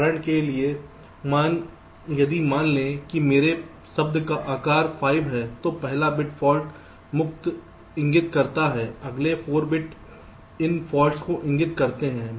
उदाहरण के लिए यदि मान लें कि मेरे शब्द का आकार 5 है तो पहला बिट फाल्ट मुक्त इंगित करता है अगले 4 बिट इन फॉल्ट्स को इंगित करते हैं